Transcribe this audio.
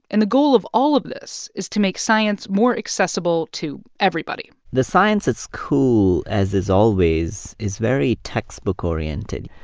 and the goal of all of this is to make science more accessible to everybody the science that's cool, as is always, is very textbook-oriented.